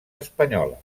espanyoles